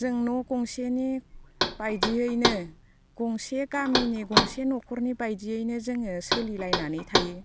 जों न' गंसेनि बादियैनो गंसे गामिनि गंसे न'खरनि बादियैनो जोङो सोलिलायनानै थायो